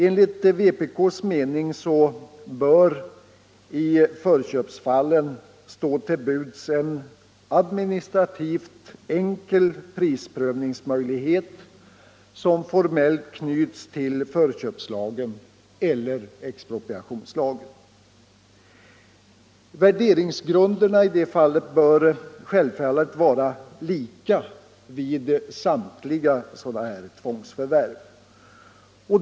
Enligt vpk:s mening bör det i förköpsfallen stå till buds en administrativt enkel prisprövningsmöjlighet, som formellt knyts till förköpslagen eller expropriationslagen. Värderingsgrunderna bör självfallet vara lika vid samtliga dessa tvångsförvärv.